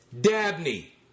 Dabney